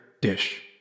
dish